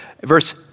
verse